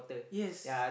yes